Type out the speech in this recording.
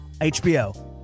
HBO